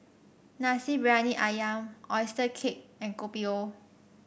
Nasi Briyani ayam oyster cake and Kopi O